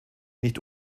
nicht